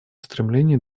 стремлении